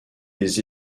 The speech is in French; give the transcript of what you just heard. des